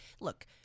look